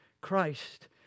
Christ